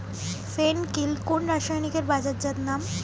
ফেন কিল কোন রাসায়নিকের বাজারজাত নাম?